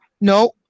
No